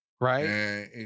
right